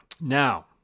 Now